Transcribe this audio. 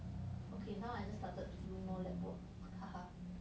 okay now I just started to do more lab work ha ha